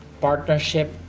partnership